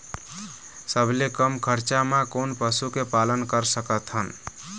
सबले कम खरचा मा कोन पशु के पालन कर सकथन?